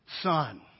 son